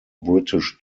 british